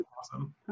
Awesome